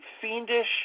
fiendish